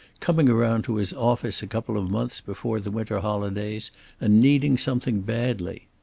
coming around to his office a couple of months before the winter holidays and needing something badly.